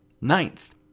Ninth